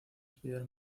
spider